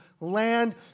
land